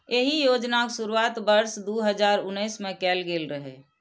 एहि योजनाक शुरुआत वर्ष दू हजार उन्नैस मे कैल गेल रहै